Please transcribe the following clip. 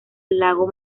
lago